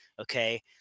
okay